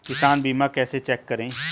किसान बीमा कैसे चेक करें?